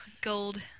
gold